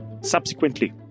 Subsequently